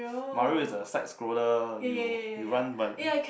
Mario is the side scroller you you run by the